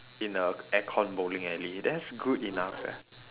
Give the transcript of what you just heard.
in a aircon bowling alley that's good enough eh